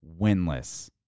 winless